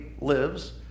lives